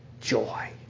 joy